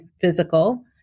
physical